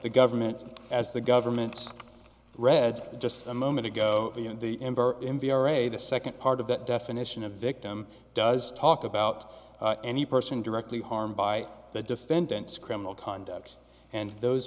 the government as the government read just a moment ago or a the second part of that definition a victim does talk about any person directly harmed by the defendant's criminal conduct and those